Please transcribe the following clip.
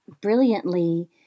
brilliantly